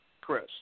Chris